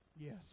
yes